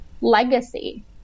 legacy